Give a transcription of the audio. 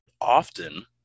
often